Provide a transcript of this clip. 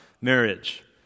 marriage